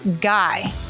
guy